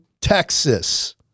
Texas